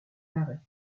l’arrêt